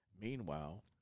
Meanwhile